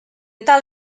tal